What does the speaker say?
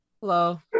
Hello